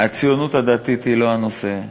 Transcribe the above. הציונות הדתית היא לא הנושא,